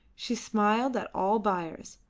she smiled at all buyers,